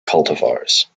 cultivars